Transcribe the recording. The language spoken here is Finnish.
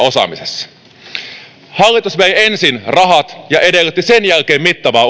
osaamisessa hallitus vei ensin rahat ja edellytti sen jälkeen mittavaa